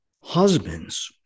husbands